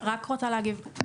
אני רק רוצה להגיב.